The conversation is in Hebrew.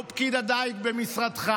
לא פקיד הדיג במשרדך.